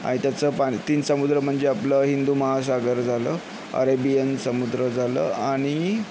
आणि त्याचं पाणी तीन समुद्र म्हणजे आपलं हिंदू महासागर झालं अरेबियन समुद्र झालं आणि